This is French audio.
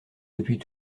depuis